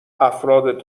افراد